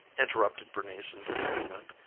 interrupted bernice in bewilderment,